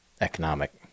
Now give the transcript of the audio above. economic